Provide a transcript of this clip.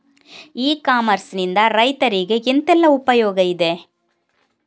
E commerce ನಿಂದ ರೈತರಿಗೆ ಎಂತೆಲ್ಲ ಉಪಯೋಗ ಇದೆ?